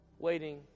waiting